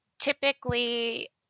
Typically